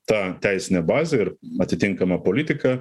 ta teisinė bazė ir atitinkama politika